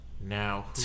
now